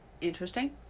Interesting